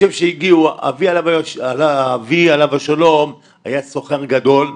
אבי עליו השלום היה סוחר גדול,